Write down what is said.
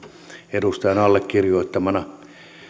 edustajan allekirjoittama